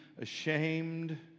ashamed